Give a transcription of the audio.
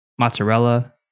Mozzarella